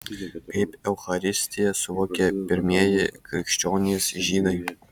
kaip eucharistiją suvokė pirmieji krikščionys žydai